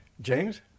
James